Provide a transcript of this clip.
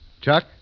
Chuck